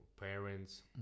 parents